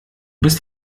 bist